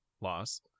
loss